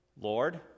Lord